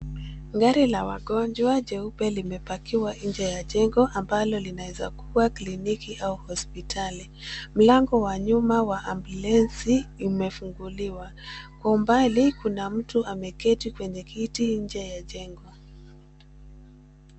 Gari la wagonjwa jeupe limepakiwa nje ya jengo ambalo linaweza kuwa kliniki au hospitali. Mlango wa nyuma wa ambulensi imefunguliwa. Kwa mbali kuna mtu ameketi kwenye kiti nje ya jengo.